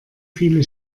viele